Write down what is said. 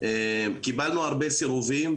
קיבלנו הרבה סירובים,